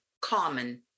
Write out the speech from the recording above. common